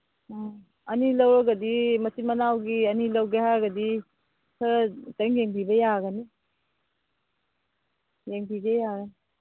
ꯑꯣ ꯑꯅꯤ ꯂꯧꯔꯒꯗꯤ ꯃꯆꯤꯟ ꯃꯅꯥꯎꯒꯤ ꯑꯅꯤ ꯂꯧꯒꯦ ꯍꯥꯏꯔꯒꯗꯤ ꯈꯔ ꯈꯤꯇꯪ ꯌꯦꯡꯕꯤꯕ ꯌꯥꯒꯅꯤ ꯌꯦꯡꯕꯤꯕ ꯌꯥꯏ